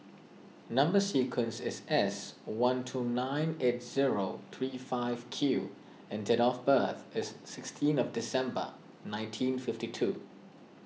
Number Sequence is S one two nine eight zero three five Q and date of birth is sixteen of December nineteen fifty two